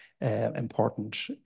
important